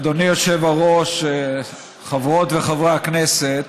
אדוני היושב-ראש, חברות וחברי הכנסת,